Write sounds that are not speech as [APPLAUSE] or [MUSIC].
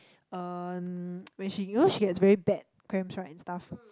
uh [NOISE] when she you know she has very bad cramps right and stuff